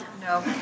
No